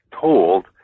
told